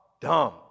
dumb